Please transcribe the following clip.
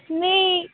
नेईं